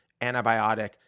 antibiotic